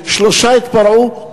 שלושה התפרעו,